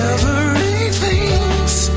Everything's